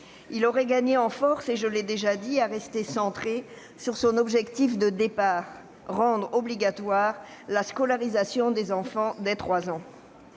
loi aurait gagné en force, et je l'ai déjà dit, à rester centré sur son objectif de départ : rendre obligatoire la scolarisation des enfants dès l'âge